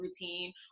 routine